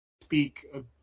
speak